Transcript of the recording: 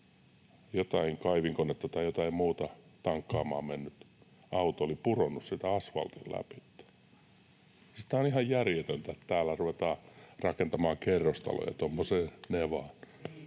kaivinkonetta tai jotain muuta tankkaamaan mennyt auto pudonnut sieltä asfaltin läpi. Siis tämä on ihan järjetöntä, että täällä ruvetaan rakentamaan kerrostaloja tuommoiseen nevaan.